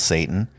Satan